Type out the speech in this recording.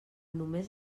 només